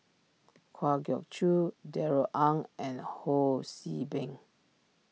Kwa Geok Choo Darrell Ang and Ho See Beng